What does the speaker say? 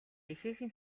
ихээхэн